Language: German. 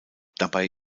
dabei